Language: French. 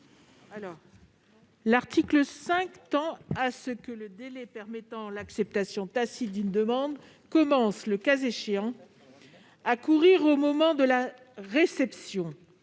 L'article 5 prévoit que le délai permettant l'acceptation tacite d'une demande commence, le cas échéant, à courir au moment de sa réception